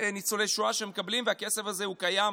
ניצולי שואה שמקבלים והכסף הזה קיים